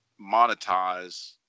monetize